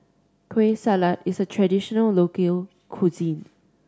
Kueh Salat is a traditional local cuisine